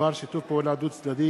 בדבר שיתוף פעולה דו-צדדי